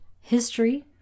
history